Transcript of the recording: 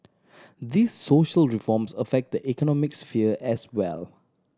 these social reforms affect the economic sphere as well